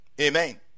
Amen